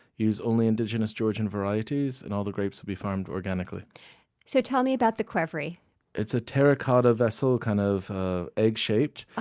use only indigenous georgian varieties, and all the grapes would be farmed organically so tell me about the qvevri qvevri it's a terra cotta vessel, kind of egg-shaped. ah